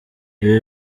ibi